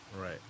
Right